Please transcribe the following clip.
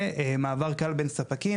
ומעבר קל בין ספקים.